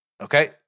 Okay